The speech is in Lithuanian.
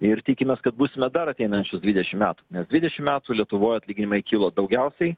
ir tikimės kad būsime dar ateinančius dvidešimt metų nes dvidešimt metų lietuvoj atlyginimai kilo daugiausiai